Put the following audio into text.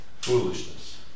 Foolishness